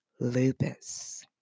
lupus